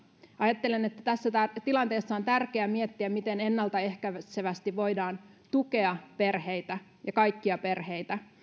ajattelen että tässä tilanteessa on tärkeä miettiä miten ennaltaehkäisevästi voidaan tukea perheitä kaikkia perheitä